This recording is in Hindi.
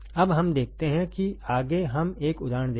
अब हम देखते हैं कि आगे हम एक उदाहरण देखें